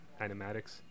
animatics